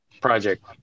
Project